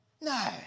No